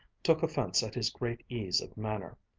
took offense at his great ease of manner.